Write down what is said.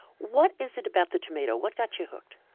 what is it about the tomato? what got you hooked?